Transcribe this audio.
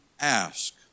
ask